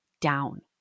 down